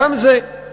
גם זה.